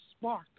spark